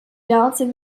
dálce